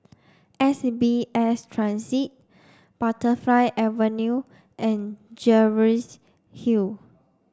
S B S Transit Butterfly Avenue and Jervois Hill